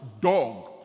dog